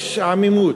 עמימות,